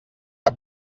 que